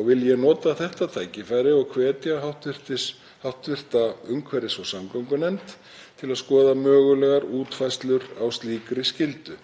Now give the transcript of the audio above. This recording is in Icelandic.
og vil ég nota þetta tækifæri og hvetja hv. umhverfis- og samgöngunefnd til að skoða mögulegar útfærslur á slíkri skyldu.